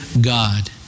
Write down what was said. God